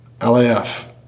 L-A-F